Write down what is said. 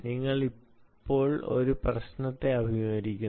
നിങ്ങൾ ഇപ്പോൾ ഒരു പ്രശ്നത്തെ അഭിമുഖീകരിക്കുന്നു